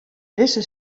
dizze